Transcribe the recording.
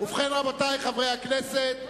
ובכן, רבותי חברי הכנסת,